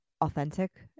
authentic